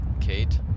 Kate